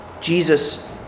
Jesus